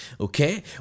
Okay